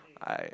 I